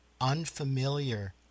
unfamiliar